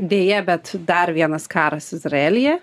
deja bet dar vienas karas izraelyje